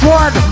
one